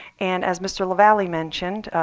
and as mr. lavalley mentioned,